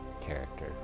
character